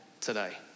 today